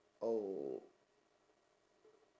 oh